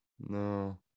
no